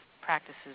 practices